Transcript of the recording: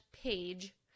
page